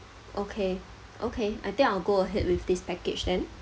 okay okay I think I'll go ahead with this package then